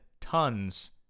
tons